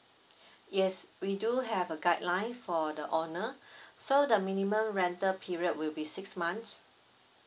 yes we do have a guideline for the owner so the minimum rental period will be six months